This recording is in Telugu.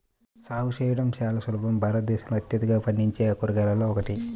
సాగు చేయడం చాలా సులభం భారతదేశంలో అత్యధికంగా పండించే కూరగాయలలో ఒకటి